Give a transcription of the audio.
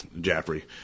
Jaffrey